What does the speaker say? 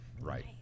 right